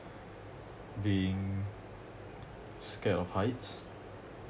being scare of heights